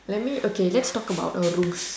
let me okay let's talk about uh rooms